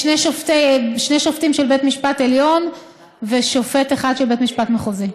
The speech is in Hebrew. שני שופטים של בית משפט עליון ושופט אחד של בית משפט מחוזי.